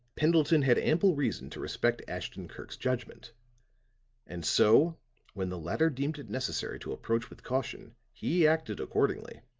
pendleton had ample reason to respect ashton-kirk's judgment and so when the latter deemed it necessary to approach with caution, he acted accordingly.